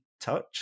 Touch